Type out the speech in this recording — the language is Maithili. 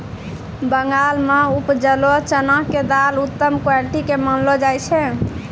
बंगाल मॅ उपजलो चना के दाल उत्तम क्वालिटी के मानलो जाय छै